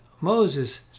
moses